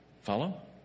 Follow